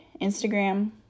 Instagram